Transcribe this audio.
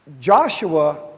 Joshua